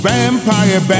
Vampire